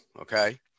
okay